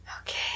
Okay